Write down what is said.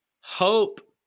hope